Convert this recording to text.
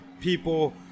people